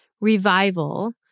revival